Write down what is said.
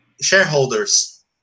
Shareholders